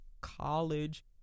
college